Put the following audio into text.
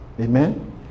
Amen